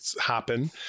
happen